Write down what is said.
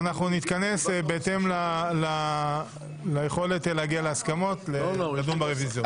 אנחנו נתכנס בהתאם ליכולת להגיע להסכמות ולדון ברוויזיות.